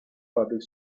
public